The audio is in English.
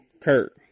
Kurt